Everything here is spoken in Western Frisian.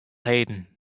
heden